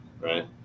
right